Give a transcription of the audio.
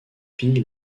pille